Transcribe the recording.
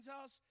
house